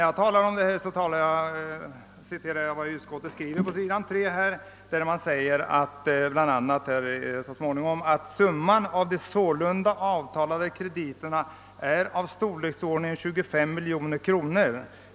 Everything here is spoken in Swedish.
Jag vill citera vad bankoutskottet skriver på s. 3 i sitt utlåtande, där det sägs: »Summan av de sålunda avtalade krediterna är av storleksordningen 25 milj.kr.